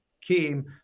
came